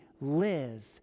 live